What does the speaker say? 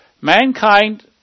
Mankind